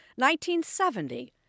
1970